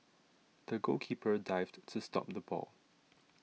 the goalkeeper dived to stop the ball